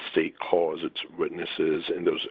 stay cause it's witnesses and those